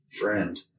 friend